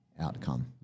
outcome